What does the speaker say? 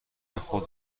خود